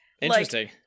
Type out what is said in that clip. Interesting